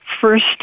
first